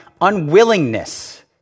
unwillingness